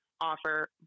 offer